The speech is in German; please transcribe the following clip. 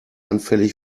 anfällig